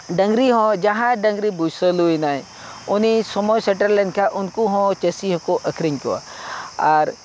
ᱰᱟᱹᱝᱨᱤᱦᱚᱸ ᱡᱟᱦᱟᱸᱭ ᱰᱟᱹᱝᱨᱤ ᱵᱩᱭᱥᱚᱞᱩᱭ ᱮᱱᱟᱭ ᱩᱱᱤ ᱥᱚᱢᱚᱭ ᱥᱮᱴᱮᱨ ᱞᱮᱱᱠᱷᱟᱱ ᱩᱱᱠᱩᱦᱚᱸ ᱪᱟᱹᱥᱤ ᱦᱚᱸᱠᱚ ᱟᱹᱠᱷᱨᱤᱧ ᱠᱚᱣᱟ ᱟᱨ